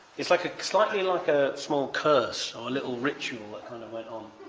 it's like ah slightly like a small curse or a little ritual that kind of went on.